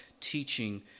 teaching